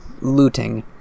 looting